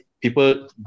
people